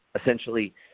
essentially